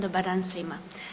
Dobar dan svima.